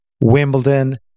Wimbledon